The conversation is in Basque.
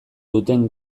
duten